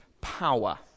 power